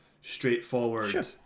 straightforward